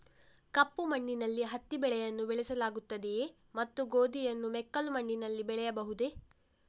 ಕಪ್ಪು ಮಣ್ಣಿನಲ್ಲಿ ಹತ್ತಿ ಬೆಳೆಯನ್ನು ಬೆಳೆಸಲಾಗುತ್ತದೆಯೇ ಮತ್ತು ಗೋಧಿಯನ್ನು ಮೆಕ್ಕಲು ಮಣ್ಣಿನಲ್ಲಿ ಬೆಳೆಯಬಹುದೇ?